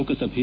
ಲೋಕಸಭೆ